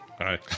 Hi